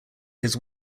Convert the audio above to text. his